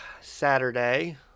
Saturday